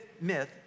myth